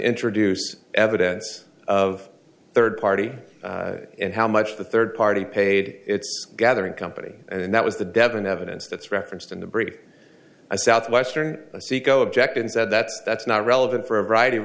introduce evidence of third party and how much the third party paid its gathering company and that was the devon evidence that's referenced in the brady southwestern saeco object and said that that's not relevant for a variety of